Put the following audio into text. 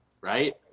right